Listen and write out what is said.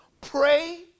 pray